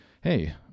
hey